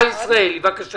נכון.